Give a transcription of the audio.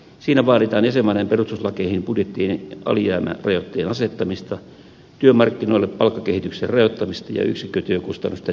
siinä vaaditaan jäsenmaiden perustuslakeihin budjettialijäämärajoitteen asettamista työmarkkinoille palkkakehityksen rajoittamista ja yksikkötyökustannusten tiukkaa seurantaa